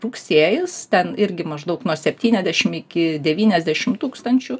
rugsėjis ten irgi maždaug nuo septyniasdešim iki devyniasdešim tūkstančių